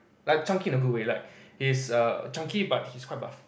like chunky in a good way like he's err chunky but he's quite buff